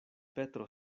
petro